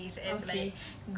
oh okay